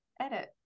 Edit